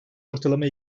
ortalama